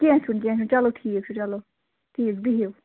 کیٚنٛہہ چھُنہٕ کیٚنٛہہ چھُنہٕ چَلو ٹھیٖک چھُ چَلو ٹھیٖک بِہِو